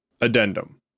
Addendum